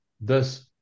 Thus